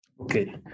okay